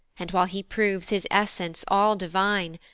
and while he proves his essence all divine,